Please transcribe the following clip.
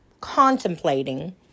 contemplating